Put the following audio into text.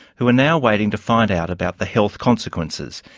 who are now waiting to find out about the health consequences.